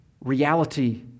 reality